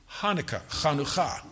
Hanukkah